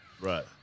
Right